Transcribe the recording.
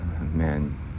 man